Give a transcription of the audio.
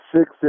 six